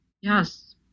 yes